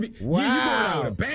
Wow